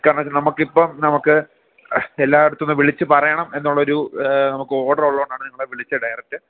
കാരണം എന്നുവെച്ചാൽ നമുക്ക് ഇപ്പം നമുക്ക് എല്ലായിടത്ത് നിന്നും വിളിച്ച് പറയണം എന്നുള്ള ഒരു നമുക്ക് ഓർഡർ ഉള്ളത് കൊണ്ടാണ് നിങ്ങളെ വിളിച്ചത് ഡയറക്റ്റ്